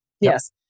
Yes